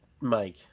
Mike